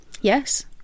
yes